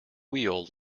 wheel